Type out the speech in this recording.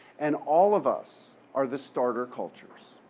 and all of us are the starter cultures.